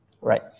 Right